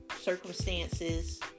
circumstances